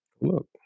Look